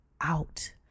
out